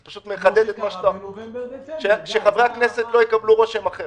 פשוט מחדד כדי שחברי הכנסת לא יקבלו רושם אחר.